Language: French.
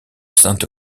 saint